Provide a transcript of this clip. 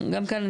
גם כאן,